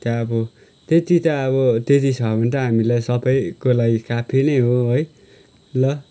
त्यहाँ अब त्यति त अब त्यति छ भने त हामीलाई सबैकोलाई काफी नै हो है ल